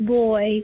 boy